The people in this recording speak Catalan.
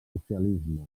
socialisme